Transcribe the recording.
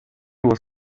was